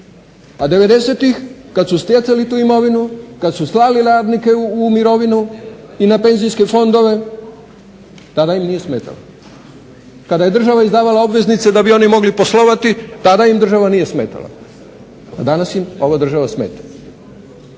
kada su stjecali tu imovinu kada su slali radnike u mirovine i na penzijske fondove tada im nije smetalo, kada je država izdavala obveznice da bi oni mogli poslovati, tada im država nije smetala. A danas im ova država smeta.